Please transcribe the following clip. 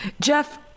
Jeff